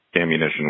ammunition